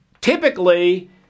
typically